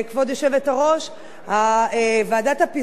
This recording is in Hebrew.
ועדת הפסגה שם מאוד מפריעה לי.